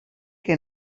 que